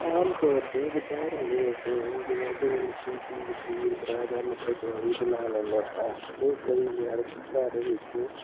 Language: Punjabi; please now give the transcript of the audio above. ਆਮ ਤੌਰ 'ਤੇ ਦੁਪਹਿਰ ਵੇਲੇ ਅਸੀਂ ਜਿਵੇਂ ਕੋਈ ਮਿੱਠੀ ਚੀਜ਼ ਖੀਰ ਕੜਾਹ ਜਾਂ ਮਿੱਠੇ ਚੌਲ ਵੀ ਬਣਾ ਲੈਂਦੇ ਹਾਂ ਅਤੇ ਕਈ ਵਾਰ ਘਰ ਵਿੱਚ